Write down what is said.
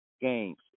games